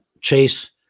chase